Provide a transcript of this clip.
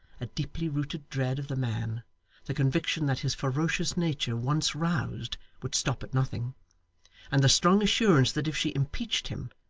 a deeply rooted dread of the man the conviction that his ferocious nature, once roused, would stop at nothing and the strong assurance that if she impeached him,